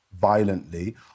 violently